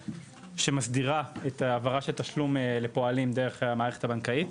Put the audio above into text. שמסדירה את העברת התשלום לפועלים דרך המערכת הבנקאית,